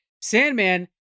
Sandman